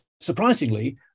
surprisingly